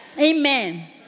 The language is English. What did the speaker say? Amen